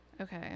Okay